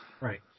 Right